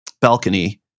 balcony